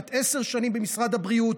כמעט עשר שנים במשרד הבריאות,